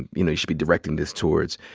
you know, you should be directing this towards,